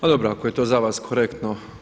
Pa dobro ako je to za vas korektno.